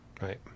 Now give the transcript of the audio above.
Right